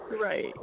Right